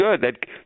good